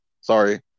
Sorry